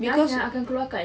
akan keluarkan